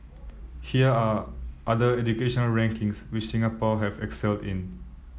here are other education rankings which Singapore have excelled in